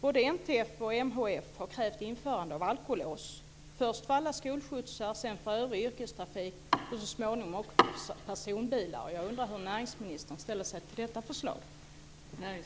Både NTF och MHF har krävt införande av alkolås först för alla skolskjutsar, sedan för övrig yrkestrafik och så småningom för personbilar. Jag undrar hur näringsministern ställer sig till detta förslag.